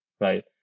right